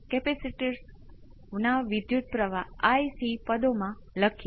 પરંતુ પછી V c આપણે માત્ર cos ω ϕ કરી શકતા નથી કારણ કે જ્યારે તમે તેને વિકલીત કરો છો ત્યારે તમને સાઇન મળે છે